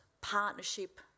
partnership